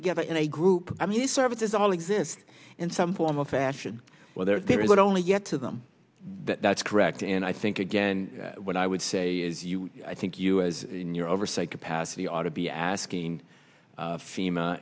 together in a group i mean these services all exist in some form or fashion whether they would only get to them that's correct and i think again what i would say is you i think you as your oversight capacity ought to be asking fema